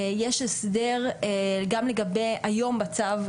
יש הסדר גם לגבי היום בצו,